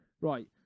right